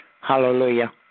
Hallelujah